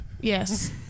Yes